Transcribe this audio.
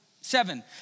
Seven